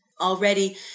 already